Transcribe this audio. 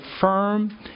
firm